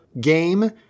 game